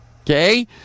Okay